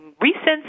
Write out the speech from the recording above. recent